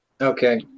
Okay